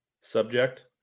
subject